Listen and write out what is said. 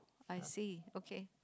I see okay